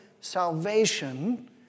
salvation